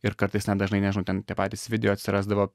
ir kartais net dažnai nežinau ten tie patys video atsirasdavo